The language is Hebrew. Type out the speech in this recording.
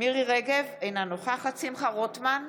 מירי מרים רגב, אינה נוכחת שמחה רוטמן,